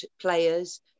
players